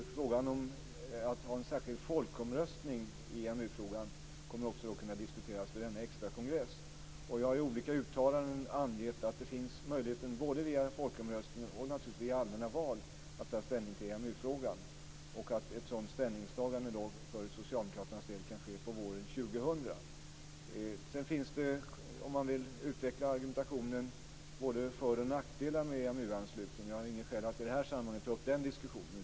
Frågan om att ha en särskild folkomröstning i EMU-frågan kommer också att kunna diskuteras vid denna extrakongress. Jag har i olika uttalanden angett att det finns möjlighet både via en folkomröstning och, naturligtvis, via allmänna val att ta ställning till EMU-frågan och att ett sådant ställningstagande för Socialdemokraternas del kan ske på våren 2000. Sedan finns det, om man nu vill utveckla argumentationen, både fördelar och nackdelar med en EMU-anslutning men jag har inget skäl att i det här sammanhanget ta upp den diskussionen.